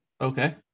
Okay